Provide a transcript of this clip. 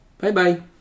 Bye-bye